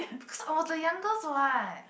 because I was the youngest what